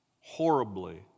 Horribly